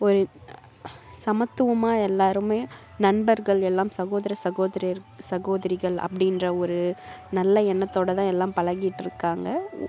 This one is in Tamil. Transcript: ஒரு சமத்துவமாக எல்லோருமே நண்பர்கள் எல்லாம் சகோதர சகோதரியர் சகோதரிகள் அப்படின்ற ஒரு நல்ல எண்ணத்தோடு தான் எல்லாம் பழகிட்டிருக்காங்க